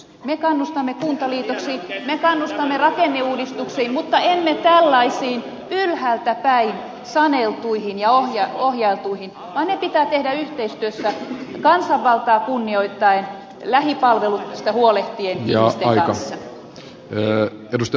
me kannustamme kuntaliitoksiin me kannustamme rakenneuudistuksiin mutta emme tällaisiin ylhäältäpäin saneltuihin ja ohjailtuihin vaan ne pitää tehdä yhteistyössä kansanvaltaa kunnioittaen lähipalveluista huolehtien ja ihmisten kanssa